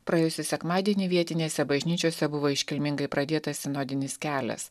praėjusį sekmadienį vietinėse bažnyčiose buvo iškilmingai pradėtas sinodinis kelias